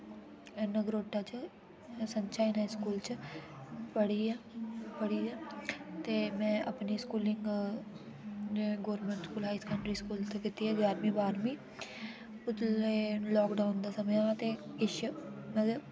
नगरोटा च सच आई न स्कूल च पढ़ी आ पढ़ी आ ते में अपनी स्कूलिगं गवर्नमैंट हाई स्कूल च कित्ती ऐ ग्याह्रमीं बाह्र्मीं ओह्ले लाकडाउन दा समें हा ते किश